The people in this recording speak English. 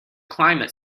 climate